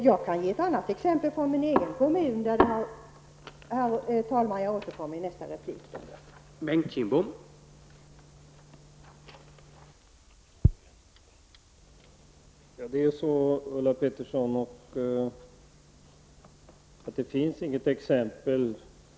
Jag kan ge ett annat exempel från min egen kommun, och jag återkommer, herr talman, i min nästa replik till det.